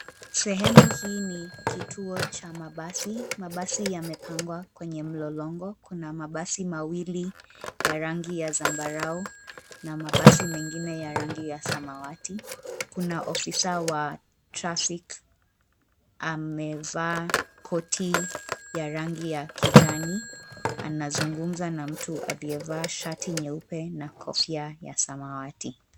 Sehemu hii ni kituo cha mabasi mabasi yamepangwa kwenye mlolongo, kuna mabasi mawili ya rangi ya zambarau na mabasi mengine ya rangi ya samawati. Kuna ofisa wa traffic amevaa koti ya rangi ya kijani anazungumuza na mtu aliyevaa shati nyeupe na kofia ya samawati.